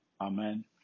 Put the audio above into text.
Amen